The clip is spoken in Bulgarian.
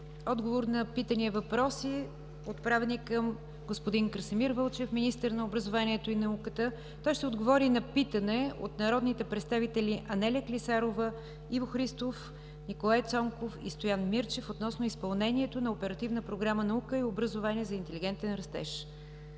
отговор на питания и въпроси, отправени към господин Красимир Вълчев – министър на образованието и науката. Той ще отговори на питане от народните представители Анелия Клисарова, Иво Христов, Николай Цонков и Стоян Мирчев, относно изпълнението на Оперативна програма „Наука и образование за интелигентен растеж“.